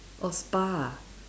oh spa